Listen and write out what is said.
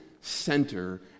center